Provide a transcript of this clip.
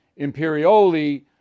Imperioli